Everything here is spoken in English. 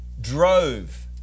drove